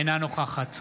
אינה נוכחת